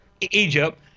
Egypt